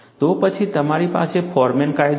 તો પછી તમારી પાસે ફોરમેન કાયદો છે